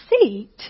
seat